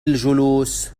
الجلوس